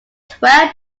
twelve